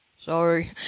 Sorry